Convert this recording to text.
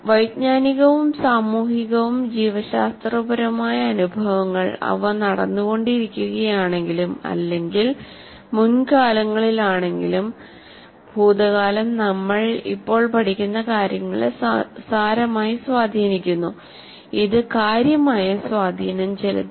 വൈജ്ഞാനികവും സാമൂഹികവും ജീവശാസ്ത്രപരവുമായ അനുഭവങ്ങൾ അവ നടന്നുകൊണ്ടിരിക്കുകയാണെങ്കിലും അല്ലെങ്കിൽ മുൻകാലങ്ങളിലാണെങ്കിലും ഭൂതകാലം നമ്മൾ ഇപ്പോൾ പഠിക്കുന്ന കാര്യങ്ങളെ സാരമായി സ്വാധീനിക്കുന്നു ഇത് കാര്യമായ സ്വാധീനം ചെലുത്തും